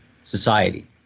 society